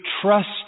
trust